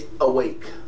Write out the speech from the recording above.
awake